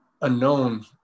unknown